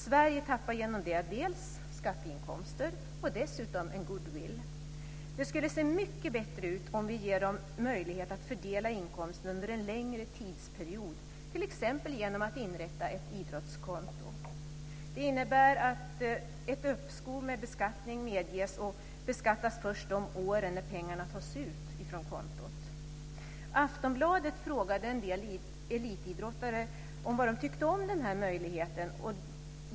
Sverige tappar genom detta skatteinkomster och dessutom goodwill. Det skulle se mycket bättre ut om vi gav dem möjlighet att fördela inkomsten under en längre tidsperiod genom att t.ex. inrätta ett idrottskonto. Det innebär att ett uppskov med beskattning medges och att de beskattas först de år då pengarna tas ut från kontot. Aftonbladet frågade en del elitidrottare vad de tyckte om den här möjligheten.